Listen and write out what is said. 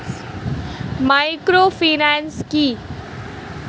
Microfinance কি?